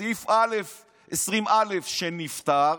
סעיף 20(א) שנפטר,